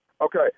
Okay